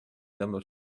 tõmbab